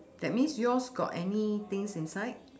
that means yours got anythings inside